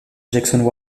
jackson